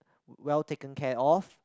well taken care of